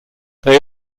they